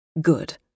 Good